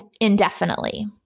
indefinitely